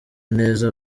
neza